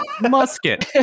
musket